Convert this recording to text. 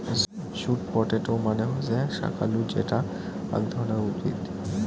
sweet potato মানে হসে শাকালু যেটা আক ধরণের উদ্ভিদ